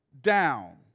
down